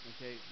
Okay